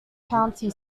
county